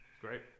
great